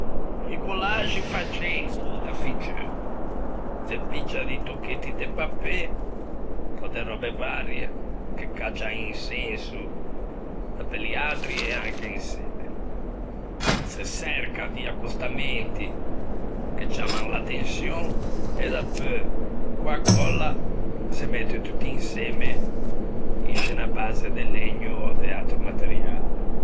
I collage î faxeivo da figgeu, se piggia di tocchetti de papê ò de röbe varie, che gh'aggian un senso da pe liatri e anche insemme, se çerca di accostamenti che ciamman l'attençion, e dapeu co-a còlla se mette tutto insemme, in sce unna base de legno ò de atro materiale.